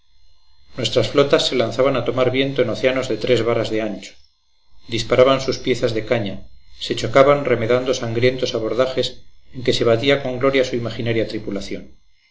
nuestras flotas se lanzaban a tomar viento en océanos de tres varas de ancho disparaban sus piezas de caña se chocaban remedando sangrientos abordajes en que se batía con gloria su imaginaria tripulación